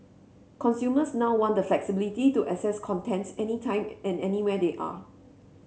consumers now want the flexibility to access content any time and anywhere they are